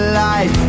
life